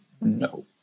No